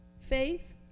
Faith